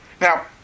Now